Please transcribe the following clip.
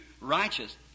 righteous